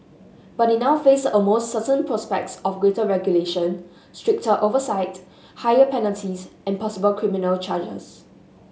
but they now face almost certain prospect of greater regulation stricter oversight higher penalties and possible criminal charges